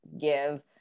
give